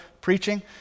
preaching